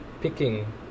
picking